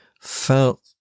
felt